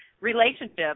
relationship